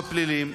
לדין הפלילי,